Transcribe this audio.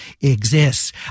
exists